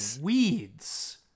weeds